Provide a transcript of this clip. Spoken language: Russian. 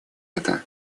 это